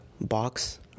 Box